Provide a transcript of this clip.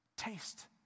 Taste